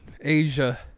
Asia